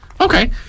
Okay